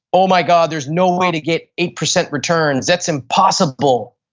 oh my god, there's no um way to get eight percent returns. that's impossible.